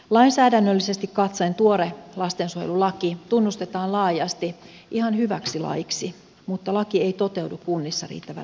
lainsäädännöllisesti katsoen tuore lastensuojelulaki tunnustetaan laajasti ihan hyväksi laiksi mutta laki ei toteudu kunnissa riittävällä tavalla